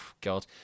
God